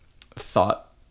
thought